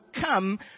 come